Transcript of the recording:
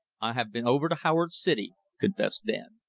i have been over to howard city, confessed dan.